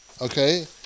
okay